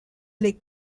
les